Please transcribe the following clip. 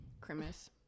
Christmas